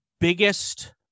biggest